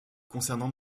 concernant